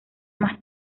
más